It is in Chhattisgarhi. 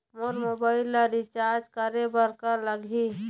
मोर मोबाइल ला रिचार्ज करे बर का लगही?